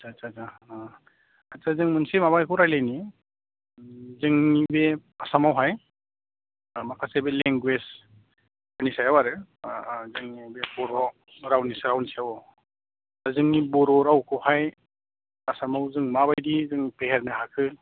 आतसा अतसा आतसा जों मोनसे माबाखौ रायलायनि जोंनि बे आसामाव हाय माखासे बे लेंगुवेजनि सायाव आरो जोंनि बे बर' रावनि सायाव सायाव औ दा जोंनि बे बर' रावखौहाय आसामाव जों माबायदि जों फेहेरनो हाखो